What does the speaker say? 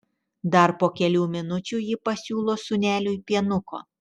dar po kelių minučių ji pasiūlo sūneliui pienuko